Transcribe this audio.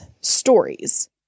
stories